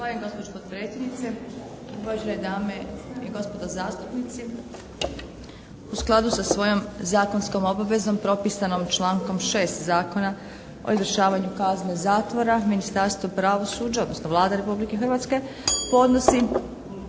Zahvaljujem gospođo potpredsjednice, uvažene dame i gospodo zastupnici. U skladu sa svojom zakonskom obavezom propisanom člankom 6. Zakona o izvršavanju kazne zatvora Ministarstvo pravosuđa, odnosno Vlada Republike Hrvatske podnosi